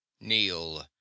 kneel